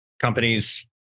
companies